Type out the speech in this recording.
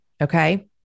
Okay